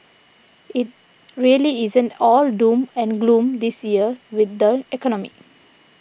it really isn't all doom and gloom this year with the economy